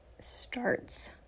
starts